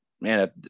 man